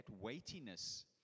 weightiness